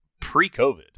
pre-covid